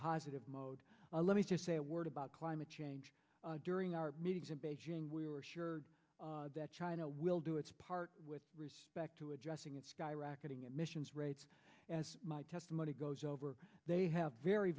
positive mode and let me just say a word about climate change during our meetings in beijing we were sure that china will do its part with respect to addressing its skyrocketing emissions rates as my testimony goes over they have very